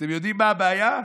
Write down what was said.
אתם יודעים מה הבעיה?